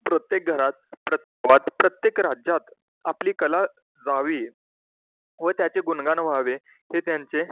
प्रत्येक घरात प्रत वाद प्रत्येक राज्यात आपली कला जावी व त्याचे गुणगान व्हावे हे त्यांचे